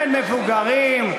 בין מבוגרים,